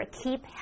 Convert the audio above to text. keep